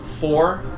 four